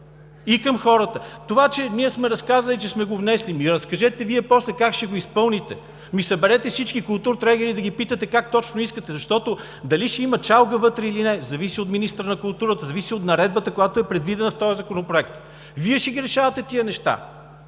и към хората! Това че ние сме разказали, че сме го внесли – ами, разкажете Вие после как ще го изпълните! Съберете всички културтрегери, за да ги питате как точно искате, защото дали ще има чалга вътре, или не, зависи от министъра на културата, зависи от Наредбата, която е предвидена в този законопроект. Вие ще ги решавате тези неща.